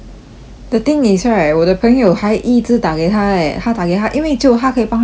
the thing is right 我的朋友还一直打给他 eh 他打给他因为只有他可以帮他开门